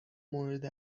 مورد